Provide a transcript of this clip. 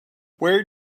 where